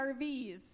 RVs